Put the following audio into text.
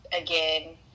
again